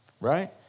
right